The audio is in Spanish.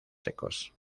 secos